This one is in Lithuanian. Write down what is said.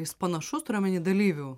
jis panašus turiu omeny dalyvių